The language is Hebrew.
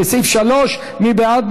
לסעיף 3. מי בעד?